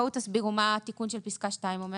תסבירו מה התיקון של פסקה (2) אומר.